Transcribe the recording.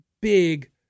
big